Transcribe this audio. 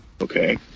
okay